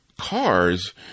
cars